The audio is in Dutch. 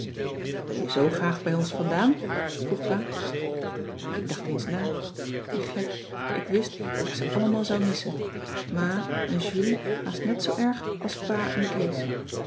wil je zoo graag bij ons vandaan vroeg pa ik dacht eens na en gek ik wist dat ik ze allemaal zou missen ma en julie haast net zoo erg als pa en kees